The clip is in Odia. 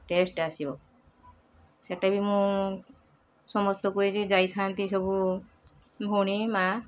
ଟେଷ୍ଟ ଆସିବ ସେଇଟା ବି ମୁଁ ସମସ୍ତଙ୍କୁ ଏ ଯେ ଯାଇଥାନ୍ତି ସବୁ ଭଉଣୀ ମାଁ